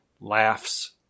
laughs